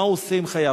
מה הוא עושה עם חייו,